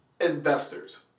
investors